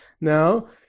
Now